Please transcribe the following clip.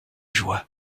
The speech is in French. joie